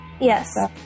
Yes